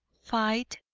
fight,